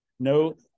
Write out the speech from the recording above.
No